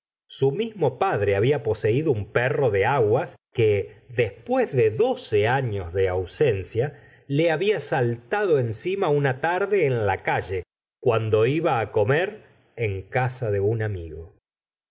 su mismo padre había poseído un perro de aguas que des pués de doce años de ausencia le había saltado encima una tarde en la calle cuando iba comer en casa de un amigo